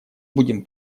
будем